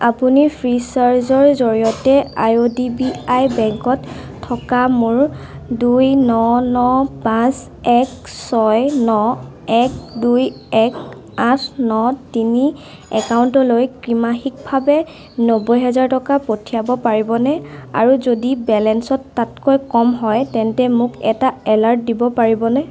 আপুনি ফ্ৰীচাৰ্জৰ জৰিয়তে আই ডি বি আই বেংকত থকা মোৰ দুই ন ন পাঁচ এক ছয় ন এক দুই এক আঠ ন তিনি একাউণ্টলৈ ত্ৰিমাসিকভাৱে নব্বৈ টকা পঠিয়াব পাৰিবনে আৰু যদি বেলেঞ্চত তাতকৈ কম হয় তেন্তে মোক এটা এলাৰ্ট দিব পাৰিবনে